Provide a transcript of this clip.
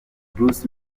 bruce